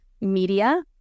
media